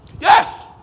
Yes